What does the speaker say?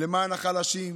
למען החלשים,